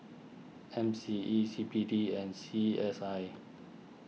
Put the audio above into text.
M C E C B D and C S I